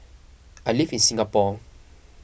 I live in Singapore